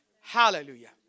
Hallelujah